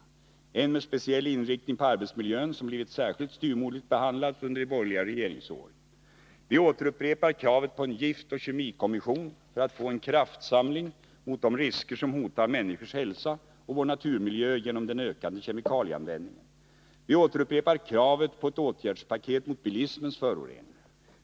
Den ena har speciell inriktning på arbetsmiljön, som har blivit särskilt styvmoderligt behandlad under de borgerliga regeringsåren. Vi upprepar kravet på en giftoch kemikommission för att få en kraftsamling mot de risker som hotar människors hälsa och vår naturmiljö genom den ökande kemikalieanvändningen. Vi upprepar kravet på ett åtgärdspaket mot bilismens föroreningar.